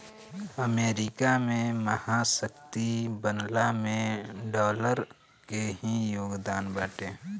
America के महाशक्ति बनला में डॉलर के ही योगदान बाटे